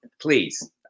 Please